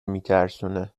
میترسونه